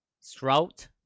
strout